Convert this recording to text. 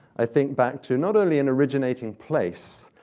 i think, back to not only an originating place,